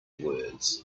words